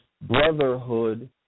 brotherhood